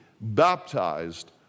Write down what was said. baptized